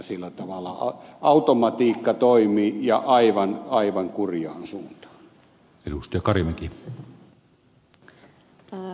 sillä tavalla automatiikka toimii ja aivan kurjaan suuntaan